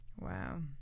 Wow